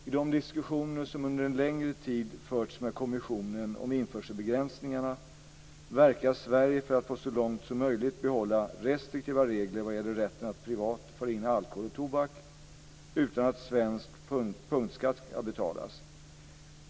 I de diskussioner som under längre tid förts med kommissionen om införselbegränsningarna verkar Sverige för att så långt möjligt behålla restriktiva regler vad gäller rätten att privat föra in alkohol och tobak utan att svensk punktskatt ska betalas.